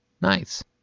Nice